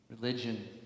religion